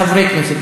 חברי כנסת,